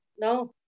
No